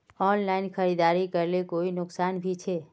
Online खरीदारी करले कोई नुकसान भी छे?